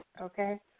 Okay